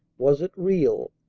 was it real?